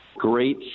Great